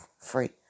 free